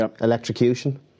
electrocution